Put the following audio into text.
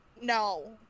No